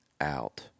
out